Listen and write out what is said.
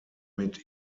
mit